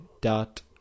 dot